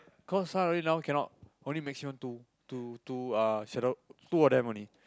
cause Sun only now cannot only maximum two two two uh shadow two of them only